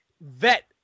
vet